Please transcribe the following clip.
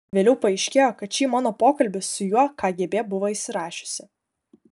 vėliau paaiškėjo kad šį mano pokalbį su juo kgb buvo įsirašiusi